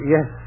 Yes